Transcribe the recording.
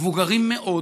מבוגרים מאוד,